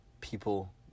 people